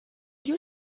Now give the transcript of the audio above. you